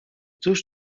cóż